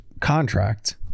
contract